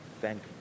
thank